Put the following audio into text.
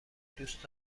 دوست